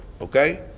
okay